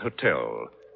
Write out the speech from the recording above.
Hotel